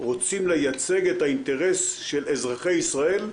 רוצים לייצג את האינטרס של אזרחי ישראל,